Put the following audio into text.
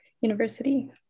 University